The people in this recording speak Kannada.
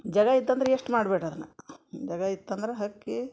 ಜಾಗ ಇತ್ತಂದರೆ ಯೇಶ್ಟ್ ಮಾಡಬೇಡ ಅದನ್ನು ಜಾಗ ಇತ್ತಂದ್ರೆ ಹಕ್ಕಿ